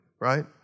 right